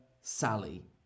Sally